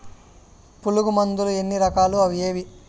పులుగు మందులు ఎన్ని రకాలు అవి ఏవి?